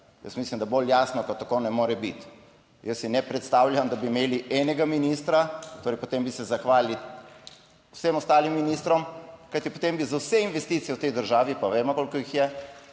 mislim, da bolj jasno kot tako ne more biti. Jaz si ne predstavljam, da bi imeli enega ministra, torej potem bi se zahvalil, vsem ostalim ministrom, kajti potem bi za vse investicije v tej državi, pa vemo koliko jih je